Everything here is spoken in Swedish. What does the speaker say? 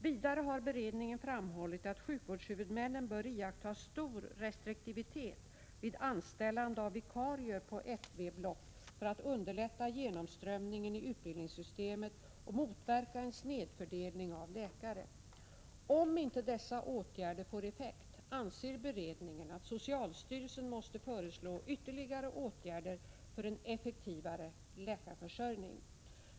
Vidare har beredningen framhållit att sjukvårdshuvudmännen bör iaktta stor restriktivitet vid anställande av vikarier på FV-block, för att underlätta genomströmningen i utbildningssystemet och motverka en snedfördelning av läkare. Om inte dessa åtgärder får effekt anser beredningen att socialstyrelsen måste föreslå ytterligare åtgärder för en effektivare läkarförsörjning.